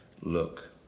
look